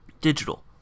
digital